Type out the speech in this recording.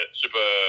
super